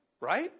right